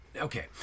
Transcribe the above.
okay